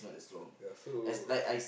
ya so